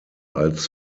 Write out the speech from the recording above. als